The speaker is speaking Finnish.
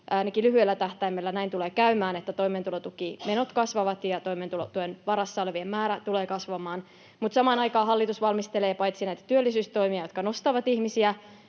ainakin lyhyellä tähtäimellä näin tulee käymään, että toimeentulotukimenot kasvavat ja toimeentulotuen varassa olevien määrä tulee kasvamaan. Mutta samaan aikaan hallitus paitsi valmistelee näitä työllisyystoimia, jotka nostavat ihmisiä